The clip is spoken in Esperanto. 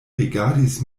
rigardis